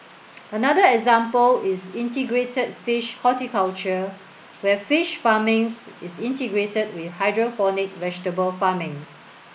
another example is integrated fish horticulture where fish farming is integrated with hydroponic vegetable farming